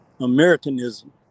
Americanism